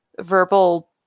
verbal